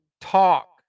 talk